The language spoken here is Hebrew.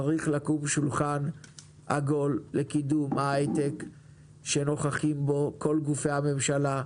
צריך לקום שולחן עגול לקידום ההייטק שבו יהיו כל גופי הממשלה.